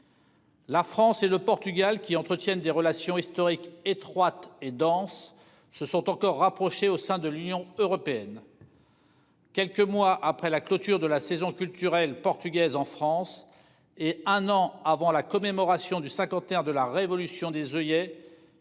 La France et le Portugal qui entretiennent des relations historiques étroites et danse se sont encore rapprochés au sein de l'Union européenne. Quelques mois après la clôture de la saison culturelle portugaise en France et un an avant la commémoration du cinquantenaire de la révolution des oeillets,